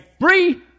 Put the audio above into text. free